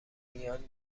بیان